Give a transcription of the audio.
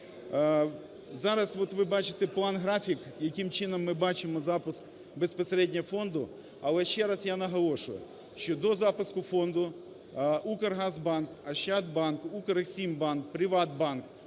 Зараз от ви бачите план-графік, яким чином ми бачимо запуск безпосередньо фонду. Але ще раз я наголошую, що до запуску фонду "Укргазбанк", "Ощадбанк", "Укрексімбанк", "ПриватБанк"